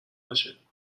باشه